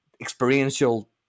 experiential